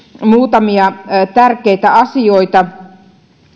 muutamia tärkeitä asioita